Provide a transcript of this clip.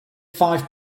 five